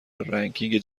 رنکینگ